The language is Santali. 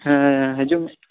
ᱦᱮᱸ ᱦᱤᱡᱩᱜᱢᱮ